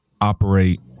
operate